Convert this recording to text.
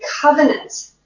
covenant